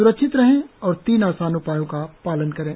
सुरक्षित रहें और तीन आसान उपायों का पालन करें